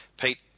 Pete